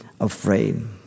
afraid